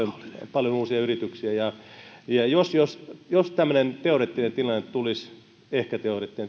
paljon uusia yrityksiä jos jos tämmöinen ehkä teoreettinen tilanne tulisi että